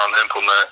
implement